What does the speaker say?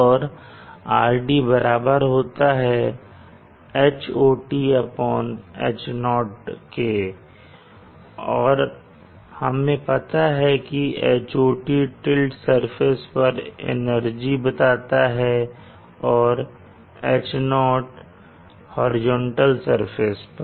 और RD बराबर होता है RD HotH0 के और हमें पता है की Hot टिल्ट सरफेस पर एनर्जी बताता है और H0 हॉरिजॉन्टल सरफेस पर